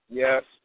yes